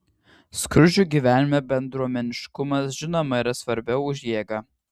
skruzdžių gyvenime bendruomeniškumas žinoma yra svarbiau už jėgą